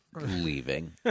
leaving